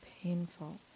painful